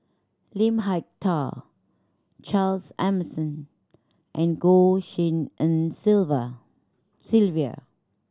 Lim Hak Tai Charles Emmerson and Goh Tshin En Sylvia